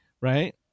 right